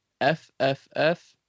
FFF